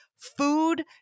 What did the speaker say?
Food